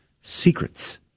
secrets